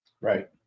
Right